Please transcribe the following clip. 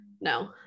No